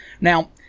now